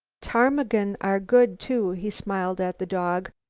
ptarmigan are good too, he smiled at the dog,